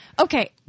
Okay